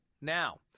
now